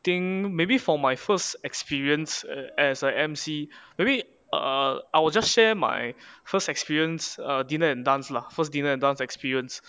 think maybe for my first experience as a emcee maybe err I will just share my first experience err dinner and dance lah first dinner and dance experience